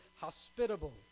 hospitable